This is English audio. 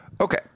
Okay